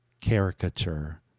caricature